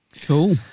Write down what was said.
cool